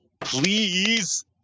please